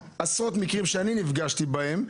עשרות מקרים שאני נפגשתי בהם,